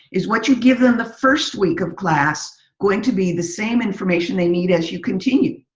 is what you give them the first week of class going to be the same information they need as you continue.